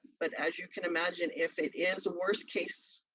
but as you can imagine, if it is a worst-case